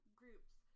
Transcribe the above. groups